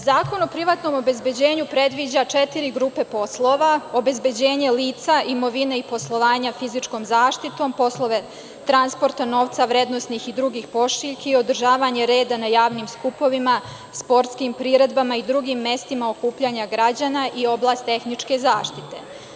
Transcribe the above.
Zakon o privatnom obezbeđenju predviđa četiri grupe poslova: obezbeđenje lica, imovine i poslovanja fizičkom zaštitom; poslove transporta novca, vrednosnih i drugih pošiljki; održavanje reda na javnim skupovima, sportskim priredbama i drugim mestima okupljanja građana i oblast tehničke zaštite.